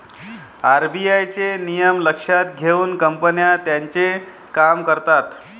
RBI चे नियम लक्षात घेऊन कंपन्या त्यांचे काम करतात